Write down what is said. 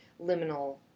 liminal